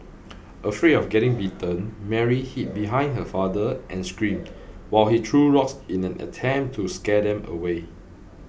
afraid of getting bitten Mary hid behind her father and screamed while he threw rocks in an attempt to scare them away